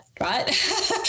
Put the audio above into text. right